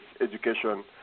education